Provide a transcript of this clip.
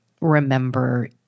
remember